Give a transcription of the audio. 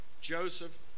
Joseph